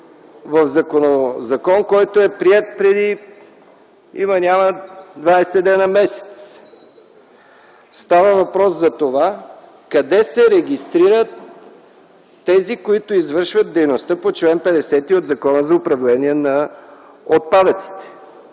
в закона, който е приет преди има-няма двайсет дена-месец. Става въпрос за това къде се регистрират тези, които извършват дейността по чл. 50 от Закона за управление на отпадъците.